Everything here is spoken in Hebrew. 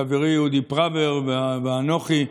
חברי אודי פראוור ואנוכי,